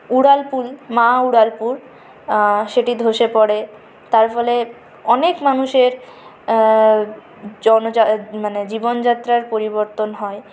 উড়ালপুল মা উড়ালপুর সেটি ধসে পড়ে তার ফলে অনেক মানুষের জনজা মানে জীবনযাত্রার পরিবর্তন হয়